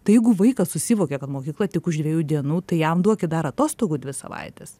tai jeigu vaikas susivokia kad mokykla tik už dviejų dienų tai jam duokit dar atostogų dvi savaites